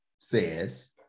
says